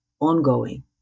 ongoing